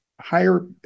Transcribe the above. higher